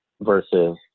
versus